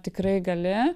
tikrai gali